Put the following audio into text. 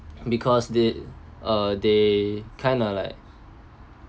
because they uh they kind of like